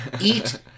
Eat